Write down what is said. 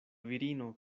virino